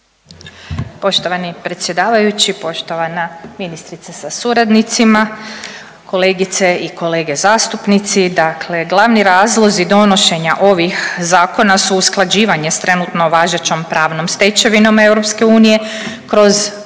Poštovani predsjedavajući, poštovana ministrice sa suradnicima, kolegice i kolege zastupnici. Dakle, glavni razlozi donošenja ovih zakona su usklađivanje sa trenutno važećom pravnom stečevinom EU kroz prvenstveno